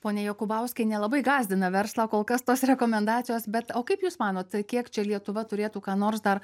ponia jokubauskiene labai gąsdina verslą kol kas tos rekomendacijos bet o kaip jūs manot kiek čia lietuva turėtų ką nors dar